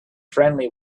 friendly